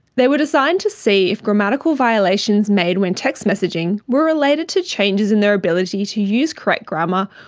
they were designed to see if grammatical violations made when text messaging were related to changes in their ability to use correct grammar,